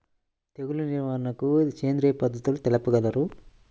తెగులు నివారణకు సేంద్రియ పద్ధతులు తెలుపగలరు?